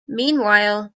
meanwhile